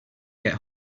get